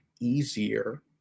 easier